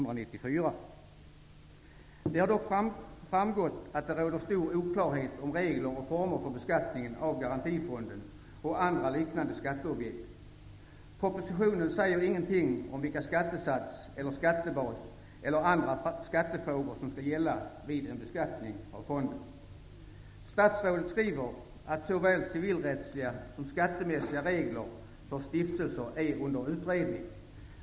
Det har dock framgått att det råder stor oklarhet om regler och former för beskattningen av propositionen sägs inte något om vilken skattesats, skattebas, eller andra skattefrågor som skall gälla vid en beskattning av den här fonden. Statsrådet skriver att såväl civilrättsliga som skattemässiga regler för stiftelser är under utredning.